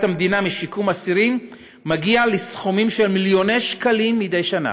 המדינה משיקום אסירים מגיע לסכומים של מיליוני שקלים מדי שנה.